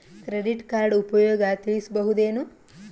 Credit card ಉಪಯೋಗ ತಿಳಸಬಹುದೇನು?